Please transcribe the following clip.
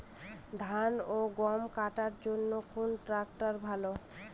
ধান ও গম কাটার জন্য কোন ট্র্যাক্টর ভালো?